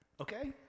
okay